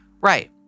Right